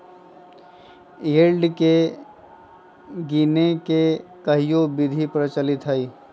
yield के गीनेए के कयहो विधि प्रचलित हइ